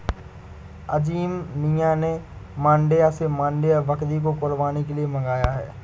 अजीम मियां ने मांड्या से मांड्या बकरी को कुर्बानी के लिए मंगाया है